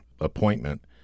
appointment